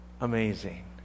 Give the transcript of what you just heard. Amazing